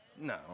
No